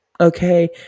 okay